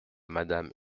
madame